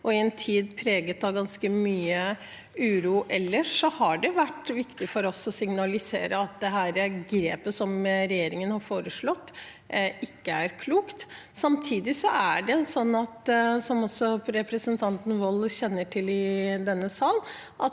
og i en tid preget av ganske mye uro ellers, har det vært viktig for oss å signalisere at dette grepet som regjeringen har foreslått, ikke er klokt. Samtidig er det sånn, som også representanten Wold kjenner til fra denne sal,